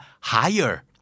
higher